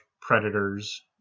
predators